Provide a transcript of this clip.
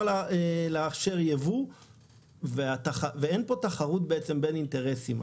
לאפשר יבוא ואין פה תחרות בעצם בין אינטרסים.